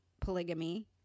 polygamy